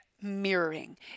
mirroring